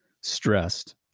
stressed